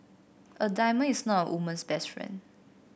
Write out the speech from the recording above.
a diamond is not a woman's best friend